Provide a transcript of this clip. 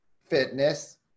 fitness